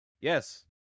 Yes